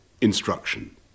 instruction